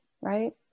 Right